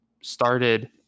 started